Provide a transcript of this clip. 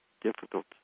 difficult